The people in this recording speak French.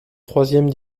troisième